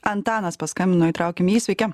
antanas paskambino įtraukim jį sveiki